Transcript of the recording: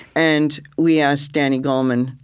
and we asked danny goleman,